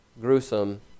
gruesome